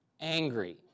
angry